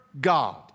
God